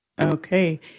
Okay